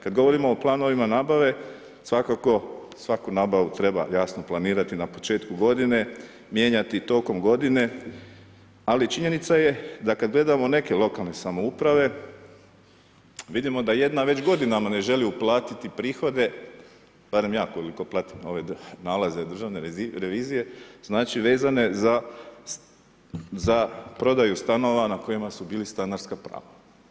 Kad govorimo o planovima nabave, svakako svaku nabavu treba jasno planirati na početku godine, mijenjati tokom godine, ali činjenica je da kad gledamo neke lokalne samouprave, vidimo da jedna već godinama ne želi uplatiti prihode, barem ja koliko pratim ove nalaze državne revizije, znači vezane za prodaju stanova na kojima su bila stanarska prava.